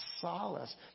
solace